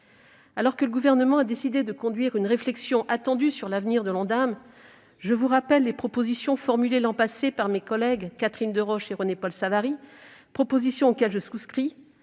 Alors que le Gouvernement a décidé de conduire une réflexion attendue sur l'avenir de l'Ondam, les propositions formulées, l'an passé, par mes collègues Catherine Deroche et René-Paul Savary, auxquelles je souscris,